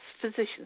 physicians